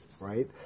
right